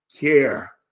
care